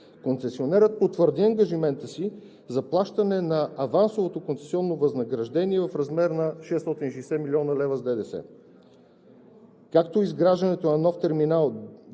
Концесионерът потвърди ангажимента си за плащане на авансовото концесионно възнаграждение в размер на 660 млн. лв. с ДДС, както и изграждането на нов Терминал